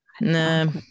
No